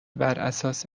براساس